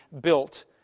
built